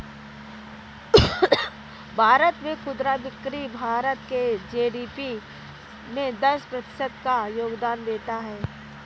भारत में खुदरा बिक्री भारत के जी.डी.पी में दस प्रतिशत का योगदान देता है